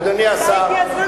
אולי הגיע הזמן,